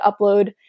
upload